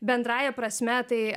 bendrąja prasme tai